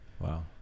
Wow